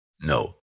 No